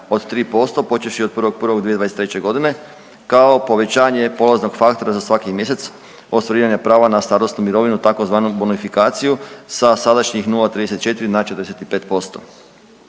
od 3% počevši od 1.1.2023. godine kao povećanje polaznog faktora za svaki mjesec ostvarivanja prava na starosnu mirovinu tzv. bonifikaciju sa sadašnjih 0,34 na 45%.